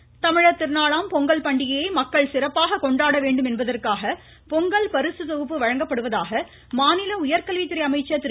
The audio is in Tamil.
அன்பழகன் தமிழர் திருநாளாம் பொங்கல் பண்டிகையை மக்கள் சிறப்பாக கொண்டாட வேண்டும் என்பதற்காக பொங்கல் பரிசு பொகுப்பு வழங்கப்படுவதாக மாநில உயர்கல்வித்துறை அமைச்சர் திரு